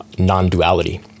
non-duality